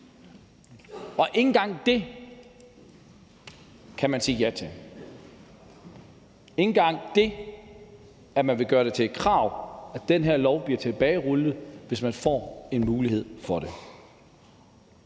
Ikke engang det kan man sige ja til. Ikke engang det, at man gør det til et krav, at den her lov bliver tilbagerullet, hvis man får en mulighed for det,